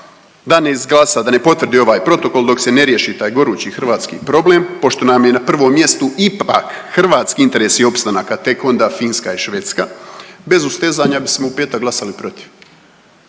da ne izglasa, da ne potvrdi ovaj protokol dok se ne riješi taj gorući hrvatski problem pošto nam je na prvom mjestu ipak hrvatski interesi i opstanak, a tek onda Finska i Švedska, bez ustezanja bismo u petak glasali protiv.